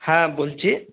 হ্যাঁ বলছি